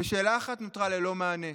ושאלה אחת נותרה ללא מענה,